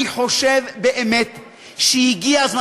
אני חושב באמת שהגיע הזמן.